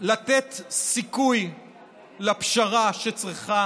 לתת סיכוי לפשרה שצריכה